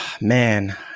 Man